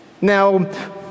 Now